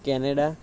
Canada